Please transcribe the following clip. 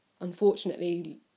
unfortunately